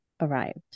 arrived